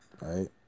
Right